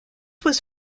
was